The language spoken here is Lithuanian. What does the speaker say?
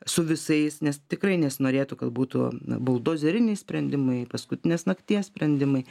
su visais nes tikrai nesinorėtų kad būtų buldozeriniai sprendimai paskutinės nakties sprendimai